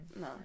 No